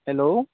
hello